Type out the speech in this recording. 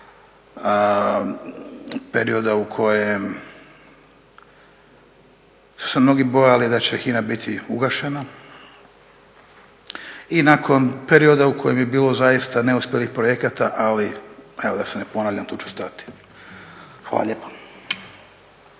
perioda u kojem su se mnogi bojali da će HINA biti ugašena i nakon perioda u kojem je bilo zaista neuspjelih projekata ali evo da se ne ponavljam tu ću stati. Hvala lijepa.